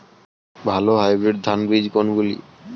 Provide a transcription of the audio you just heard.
ভালো হাইব্রিড ধান বীজ কোনগুলি?